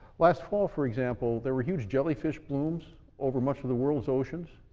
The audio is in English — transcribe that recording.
last fall, for example, there were huge jellyfish blooms over much of the world's oceans,